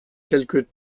quelques